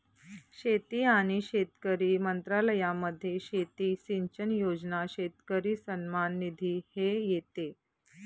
शेती आणि शेतकरी मंत्रालयामध्ये शेती सिंचन योजना, शेतकरी सन्मान निधी हे येते